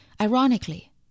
Ironically